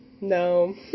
no